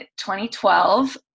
2012